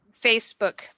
facebook